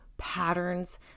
patterns